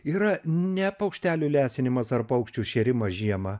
yra ne paukštelių lesinimas ar paukščių šėrimas žiemą